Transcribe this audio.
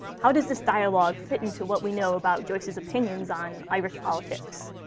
how does this dialogue fit into what we know about joyce's opinions on irish politics?